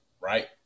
Right